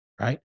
right